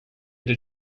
did